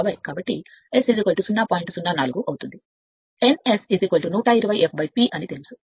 04 మరియు n S ను మనకు తెలుసు 120 f P కాబట్టి 120 506 కాబట్టి 1000 rpm